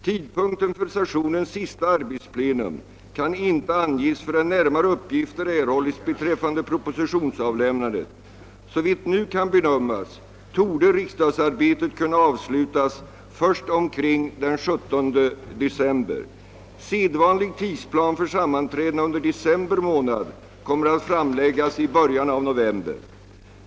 Tidpunkten för sessionens sista arbetsplenum kan inte anges förrän närmare uppgifter erhållits beträffande propositionsavlämnandet. Såvitt nu kan bedömas torde riksdagsarbetet kunna avslutas först omkring den 17 december. Sedvanlig tidsplan för sammanträdena under december månad kommer att framläggas i början av november.